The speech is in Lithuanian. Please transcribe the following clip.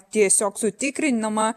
tiesiog sutikrinama